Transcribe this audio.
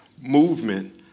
movement